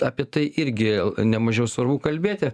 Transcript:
apie tai irgi ne mažiau svarbu kalbėti